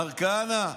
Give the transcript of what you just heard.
מר כהנא,